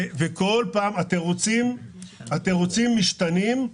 התירוצים משתנים,